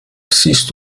siehst